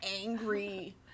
angry